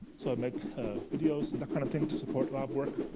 so i make videos and that kind of thing to support lab work.